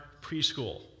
preschool